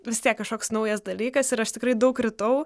vis tiek kažkoks naujas dalykas ir aš tikrai daug kritau